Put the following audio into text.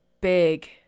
big